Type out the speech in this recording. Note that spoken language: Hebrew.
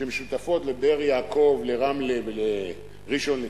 שמשותפות לבאר-יעקב, לרמלה ולראשון-לציון.